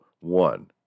one